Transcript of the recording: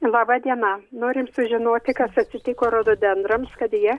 laba diena norim sužinoti kas atsitiko rododendrams kad jie